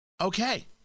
Okay